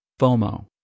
FOMO